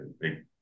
big